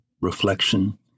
reflection